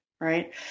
Right